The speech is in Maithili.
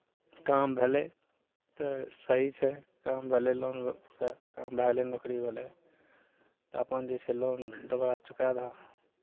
काम भेलै तऽ सही छै काम भेलै लोनसँ काम भए गेलै नोकरी भेलै तऽ अपन जे छै लोन ओकरा चुकाए दहो